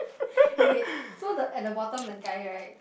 eh wait so the at the bottom the guy right